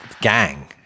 gang